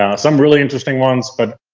um some really interesting ones, but,